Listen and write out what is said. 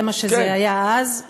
זה מה שזה היה אז.